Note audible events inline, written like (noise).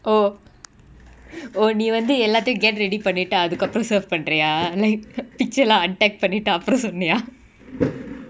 oh (breath) oh நீ வந்து எல்லாத்தயு:nee vanthu ellathayu get ready பன்னிட்டு அதுகப்ரோ:pannitu athukapro save பண்றியா:panriya like (noise) picture lah untagged பன்னிட்டு அப்ரோ சொன்னியா:pannitu apro sonniya (noise)